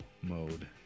mode